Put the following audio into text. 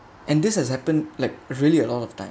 and this has happened like really a lot of time